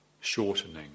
shortening